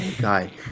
guy